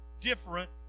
different